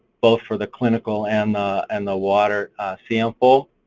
both for the clinical and the and the water sample.